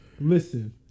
listen